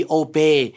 obey